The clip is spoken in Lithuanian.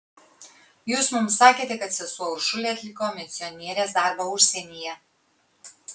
jūs mums sakėte kad sesuo uršulė atliko misionierės darbą užsienyje